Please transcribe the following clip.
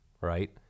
right